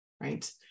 right